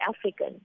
African